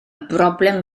broblem